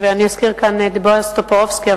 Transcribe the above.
אני אזכיר כאן את בועז טופורובסקי,